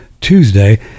Tuesday